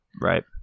Right